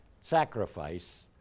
sacrifice